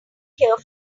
here